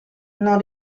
non